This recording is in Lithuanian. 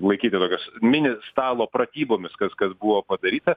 laikyti tokios mini stalo pratybomis kas kas buvo padaryta